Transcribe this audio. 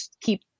keep